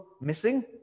missing